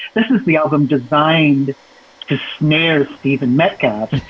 this is the album designed to snare stephen metcalf.